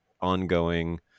ongoing